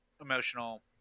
emotional